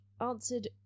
answered